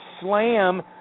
slam